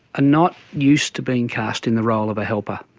ah not used to being cast in the role of a helper,